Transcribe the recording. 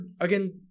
again